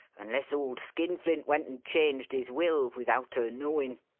unless old skinflint went and changed his will without her knowin'.